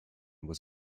was